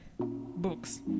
books